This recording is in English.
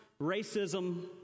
racism